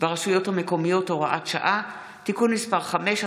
ברשויות המקומיות (הוראת שעה) (תיקון מס' 5),